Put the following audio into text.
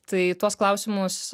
tai tuos klausimus